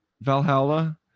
Valhalla